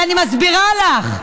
אבל אני מסבירה לך.